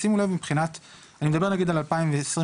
נגיד אני מדבר על 2022,